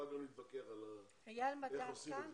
אחר כך נתווכח על איך עושים את זה,